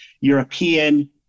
European